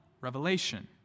revelation